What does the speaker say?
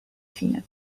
cine